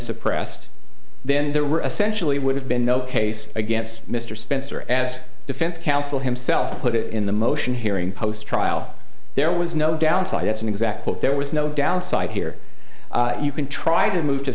were essentially would have been no case against mr spencer as defense counsel himself put it in the motion hearing post trial there was no downside that's an exact quote there was no downside here you can try to move to